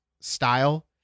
style